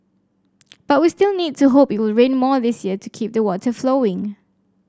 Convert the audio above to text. but we still need to hope it will rain more this year to keep the water flowing